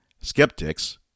skeptics